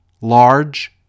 large